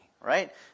right